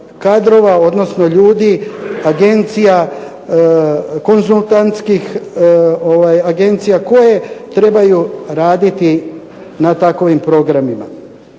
kadrova, odnosno ljudi, agencija konzultantskih koje trebaju raditi na takvim programima.